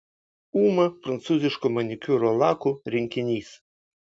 uma prancūziško manikiūro lakų rinkinys